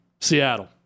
Seattle